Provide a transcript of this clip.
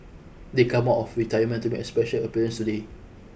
they come of retirement to make a special appearance today